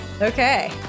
Okay